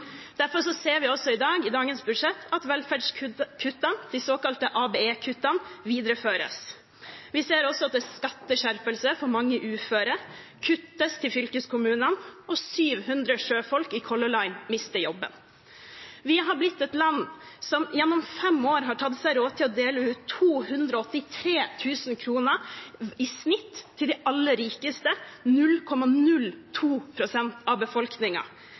ser vi også i dag, i dagens budsjett, at velferdskuttene, de såkalte ABE-kuttene, videreføres. Vi ser også at det er skatteskjerpelse for mange uføre. Det kuttes til fylkeskommunene, og 700 sjøfolk i Color Line mister jobben. Norge har blitt et land som i løpet av fem år har tatt seg råd til å dele ut 283 000 kr i snitt til de aller rikeste, 0,02 pst. av